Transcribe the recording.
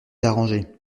arrangé